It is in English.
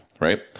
right